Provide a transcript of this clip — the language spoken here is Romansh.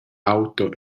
auto